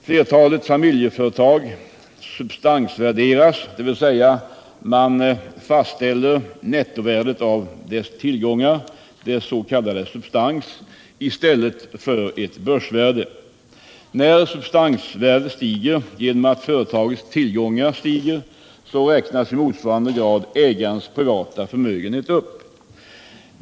Flertalet familjeföretag substansvärderas, dvs. man fastställer nettovärdet av deras tillgångar, deras s.k. substans, i stället för ett börsvärde. När substansvärdet stiger genom att företagets tillgångar stiger räknas i motsvarande grad ägarens privata förmögenhet upp.